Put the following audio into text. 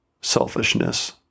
selfishness